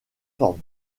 forme